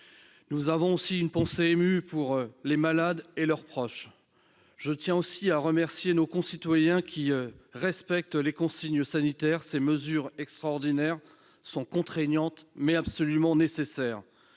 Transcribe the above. Nous avons aussi une pensée émue pour les malades et leurs proches. Je tiens également à remercier nos concitoyens qui respectent les consignes sanitaires : ces mesures extraordinaires sont contraignantes, mais absolument nécessaires.